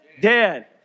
dead